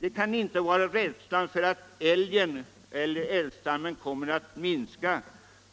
Det kan inte vara av rädsla för att älgstammen kommer att minska